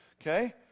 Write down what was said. okay